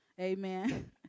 Amen